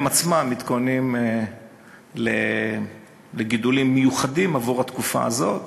הם עצמם מתכוננים לגידולים מיוחדים עבור התקופה הזאת.